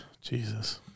Jesus